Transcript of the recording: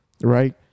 right